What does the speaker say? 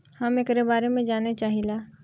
हम एकरे बारे मे जाने चाहीला?